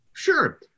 Sure